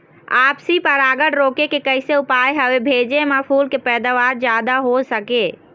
आपसी परागण रोके के कैसे उपाय हवे भेजे मा फूल के पैदावार जादा हों सके?